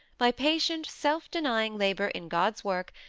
by patient, self-denying labour in god's work,